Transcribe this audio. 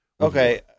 Okay